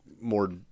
more